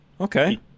okay